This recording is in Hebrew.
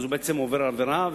הוא עובר עבירה,